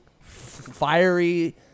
fiery